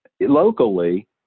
locally